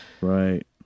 Right